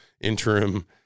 interim